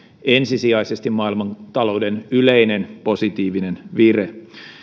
ensisijaisesti maailmantalouden yleinen positiivinen vire